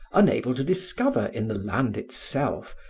unable to discover in the land itself,